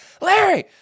Larry